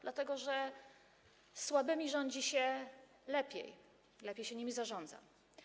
Dlatego że słabymi rządzi się lepiej, lepiej się nimi zarządza.